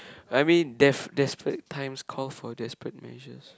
I mean def~ desperate times call for desperate measures